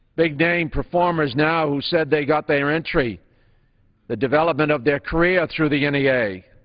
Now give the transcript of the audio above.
big name performers now who said they got their entry the development of their career, through the n e a.